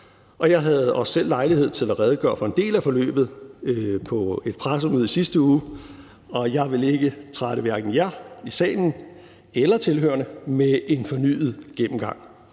Jeg havde også selv lejlighed til at redegøre for en del af forløbet på et pressemøde i sidste uge, og jeg vil ikke trætte hverken jer i salen eller tilhørerne med en fornyet gennemgang.